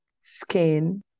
skin